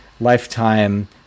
Lifetime